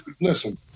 listen